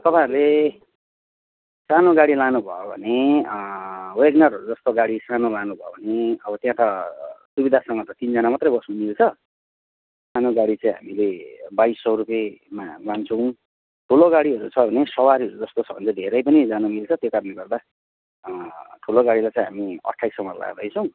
तपाईँहरूले सानो गाडी लानु भयो भने वेगनरहरू जस्तो गाडी सानो लानु भयो भने अब त्यहाँ त सुविधासँग त तिनजना मात्र बस्नु मिल्छ सानो गाडी चाहिँ हामीले बाइस सौ रुपियाँमा लान्छौँ ठुलो गाडीहरू छ भने सवारीहरू जस्तो छ भने धेरै पनि जान मिल्छ त्यो कारणले गर्दा ठुलो गाडीको चाहिँ हामी अट्ठाइस सौमा लाँदैछौँ